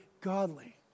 godly